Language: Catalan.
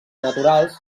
naturals